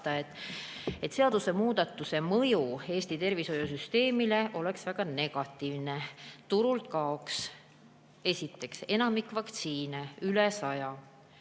Seadusemuudatuse mõju Eesti tervishoiusüsteemile oleks väga negatiivne. Turult kaoks esiteks enamik vaktsiine, üle 100,